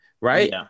right